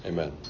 Amen